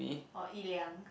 or Yi-Liang